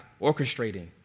orchestrating